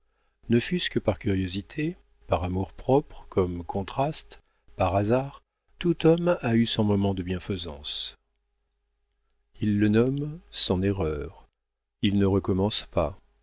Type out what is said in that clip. ne fût-ce que par curiosité par amour-propre comme contraste par hasard tout homme a eu son moment de bienfaisance il le nomme son erreur il ne recommence pas